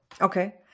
Okay